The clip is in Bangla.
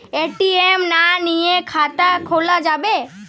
এ.টি.এম না নিয়ে খাতা খোলা যাবে?